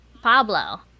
pablo